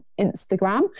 instagram